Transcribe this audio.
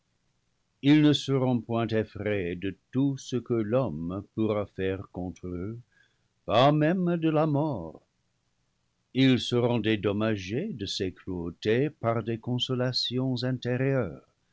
ils ne seront point effrayés de tout ce que l'homme pourra faire contre eux pas même de la mort ils seront dédommagés de ces cruautés par des consolations intérieures